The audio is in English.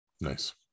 nice